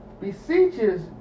beseeches